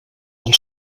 del